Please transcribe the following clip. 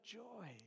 joy